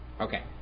Okay